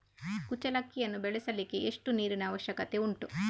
ಕುಚ್ಚಲಕ್ಕಿಯನ್ನು ಬೆಳೆಸಲಿಕ್ಕೆ ಎಷ್ಟು ನೀರಿನ ಅವಶ್ಯಕತೆ ಉಂಟು?